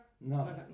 No